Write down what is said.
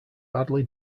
badly